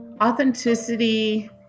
authenticity